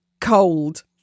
Cold